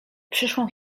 przyszłą